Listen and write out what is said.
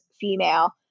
female